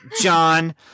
John